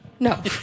No